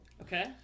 Okay